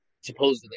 supposedly